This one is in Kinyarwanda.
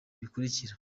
bikurikira